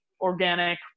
organic